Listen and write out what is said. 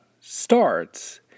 starts